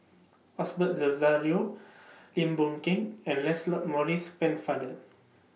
Osbert Rozario Lim Boon Keng and Lancelot Maurice Pennefather